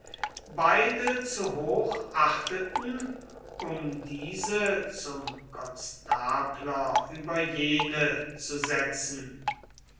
beide zu hoch achteten um diese zum konstabler über jene zu setzen